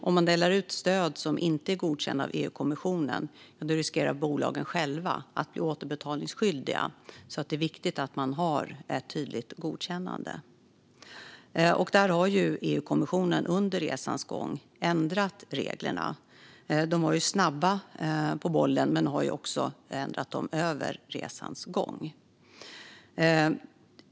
Om vi delar ut stöd som inte är godkända av EU-kommissionen riskerar bolagen att själva bli återbetalningsskyldiga. Därför är det viktigt att ha ett tydligt godkännande. EU-kommissionen var snabba på bollen men har också ändrat reglerna under resans gång.